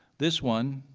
this one,